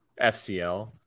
fcl